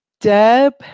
Deb